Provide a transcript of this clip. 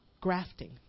grafting